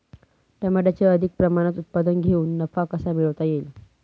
टमाट्याचे अधिक प्रमाणात उत्पादन घेऊन नफा कसा मिळवता येईल?